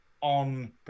on